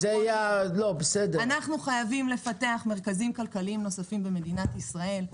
אנחנו חייבים לפתח מרכזים כלכליים נוספים במדינת ישראל.